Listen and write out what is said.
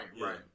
right